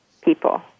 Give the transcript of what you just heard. people